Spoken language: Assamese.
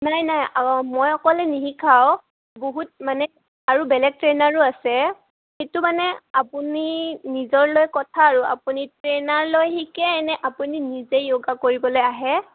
নাই নাই মই অকলে নিশিকাওঁ বহুত মানে আৰু বেলেগ ট্ৰেইনাৰো আছে সেইটো মানে আপুনি নিজৰ লৈ কথা আৰু আপুনি ট্ৰেইনাৰ লৈ শিকে এনে আপুনি নিজেই য়োগা কৰিবলৈ আহে